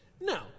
No